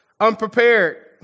unprepared